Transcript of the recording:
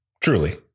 Truly